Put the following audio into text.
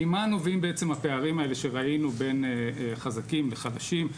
ממה נובעים בעצם הפערים האלה שראינו בין חזקים וחלשים,